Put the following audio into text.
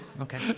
Okay